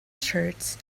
tshirts